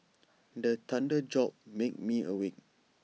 the thunder jolt make me awake